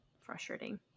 Frustrating